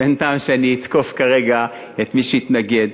ואין טעם שאני אתקוף כרגע את מי שהתנגד.